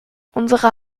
unsere